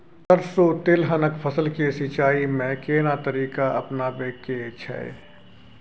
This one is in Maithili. सरसो तेलहनक फसल के सिंचाई में केना तरीका अपनाबे के छै?